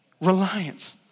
Reliance